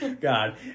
god